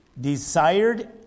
desired